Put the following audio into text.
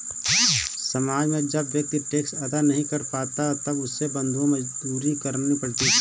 समाज में जब व्यक्ति टैक्स अदा नहीं कर पाता था तब उसे बंधुआ मजदूरी करनी पड़ती थी